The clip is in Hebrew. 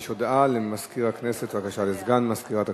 יש הודעה לסגן מזכירת הכנסת,